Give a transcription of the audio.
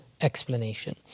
explanation